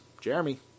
Jeremy